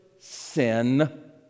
sin